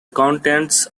contents